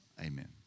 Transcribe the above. Amen